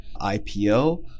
IPO